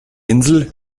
insel